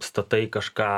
statai kažką